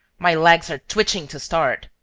my legs are twitching to start.